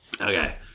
Okay